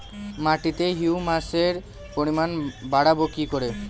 মাটিতে হিউমাসের পরিমাণ বারবো কি করে?